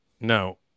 No